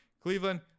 Cleveland